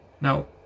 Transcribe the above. Now